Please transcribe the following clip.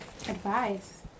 advice